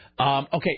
Okay